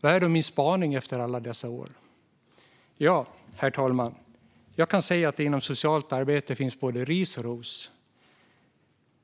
Vad är då min spaning efter alla dessa år? Jo, herr talman, jag kan se att det inom socialt arbete finns både ris och ros.